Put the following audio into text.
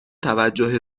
توجه